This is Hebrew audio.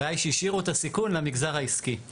הבעיה היא שהשאירו את הסיכון למגזר העסקי.